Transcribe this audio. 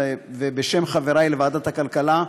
ובשם חברי לוועדת הכלכלה,